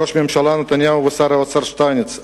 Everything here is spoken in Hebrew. ראש הממשלה נתניהו ושר האוצר שטייניץ,